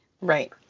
Right